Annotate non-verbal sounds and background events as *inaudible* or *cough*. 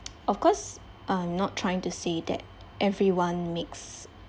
*noise* of course I'm not trying to say that everyone makes